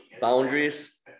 Boundaries